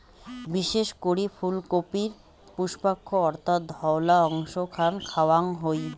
বিশেষ করি ফুলকপির পুষ্পাক্ষ অর্থাৎ ধওলা অংশ খান খাওয়াং হই